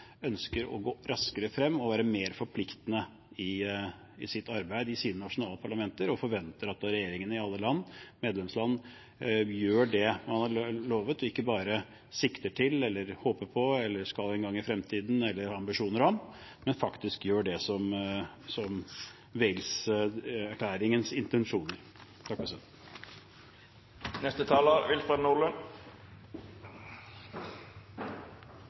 ønsker altså å gå raskere frem og være mer forpliktende i sitt arbeid i sine nasjonale parlamenter, og forventer at regjeringene i alle medlemslandene gjør det man har lovet, og ikke bare «sikter mot», «håper på», «skal en gang i fremtiden» eller «har ambisjoner om», men faktisk gjør det som var Wales-erklæringens intensjon. I en tid med økende og mye uro internasjonalt – som